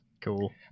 cool